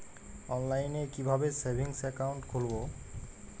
অনলাইনে কিভাবে savings account খুলবো?